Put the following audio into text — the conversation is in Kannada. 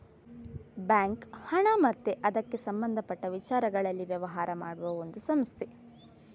ಬ್ಯಾಂಕು ಹಣ ಮತ್ತೆ ಅದಕ್ಕೆ ಸಂಬಂಧಪಟ್ಟ ವಿಚಾರಗಳಲ್ಲಿ ವ್ಯವಹಾರ ಮಾಡುವ ಒಂದು ಸಂಸ್ಥೆ